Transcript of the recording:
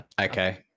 Okay